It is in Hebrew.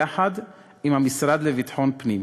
יחד עם המשרד לביטחון פנים,